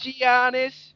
Giannis